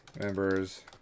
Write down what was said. Members